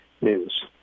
news